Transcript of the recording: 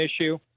issue